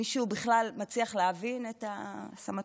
מישהו בכלל מצליח להבין את הסמטוחה?